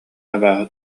абааһы